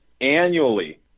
annually